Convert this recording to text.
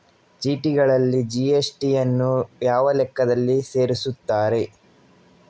ಚೀಟಿಗಳಲ್ಲಿ ಜಿ.ಎಸ್.ಟಿ ಯನ್ನು ಯಾವ ಲೆಕ್ಕದಲ್ಲಿ ಸೇರಿಸುತ್ತಾರೆ?